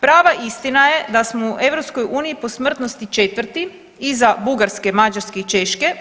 Prava istina je da smo u EU po smrtnosti četvrti iza Bugarske, Mađarske i Češke.